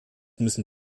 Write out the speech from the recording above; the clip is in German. müssen